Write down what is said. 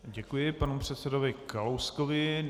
Děkuji panu předsedovi Kalouskovi.